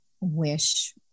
wish